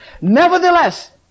nevertheless